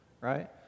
right